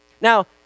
Now